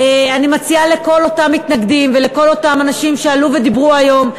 אני מציעה לכל אותם מתנגדים ולכל אותם אנשים שעלו ודיברו היום,